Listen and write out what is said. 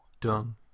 Done